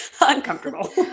uncomfortable